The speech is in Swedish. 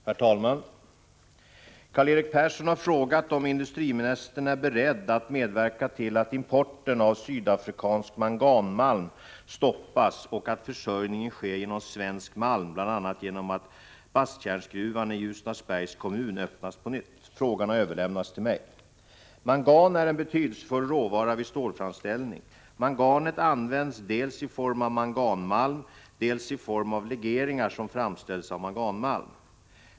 Herr talman! Karl-Erik Persson har frågat om industriministern är beredd att medverka till att importen av sydafrikansk manganmalm stoppas och att försörjningen sker genom svensk malm, bl.a. genom att Basttjärnsgruvan i Ljusnarsbergs kommun öppnas på nytt. Frågan har överlämnats till mig. Mangan är en betydelsefull råvara vid stålframställning. Manganet används dels i form av manganmalm, dels i form av legeringar som framställs av manganmalm.